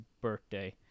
birthday